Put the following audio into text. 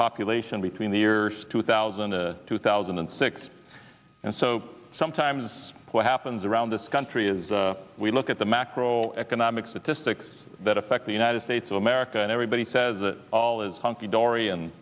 population between the years two thousand to two thousand and six and so sometimes what happens around this country is we look at the macro economic statistics that affect the united states of america and everybody says it all is hunky dory and